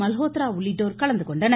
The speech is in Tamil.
மல்ஹோத்ரா உள்ளிட்டோர் கலந்துகொண்டனர்